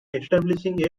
establishing